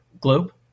globe